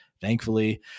thankfully